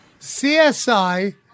CSI